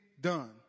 done